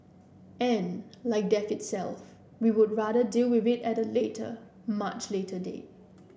and like death itself we would rather deal with it at a later much later date